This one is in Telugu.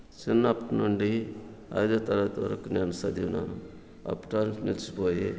చిన్నప్పటినుండి ఐదో తరగతి వరకు నేను చదివినాను అప్పటాల్ నుంచి నిలిచిపోయి